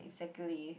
exactly